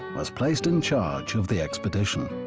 was placed in charge of the expedition.